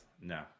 No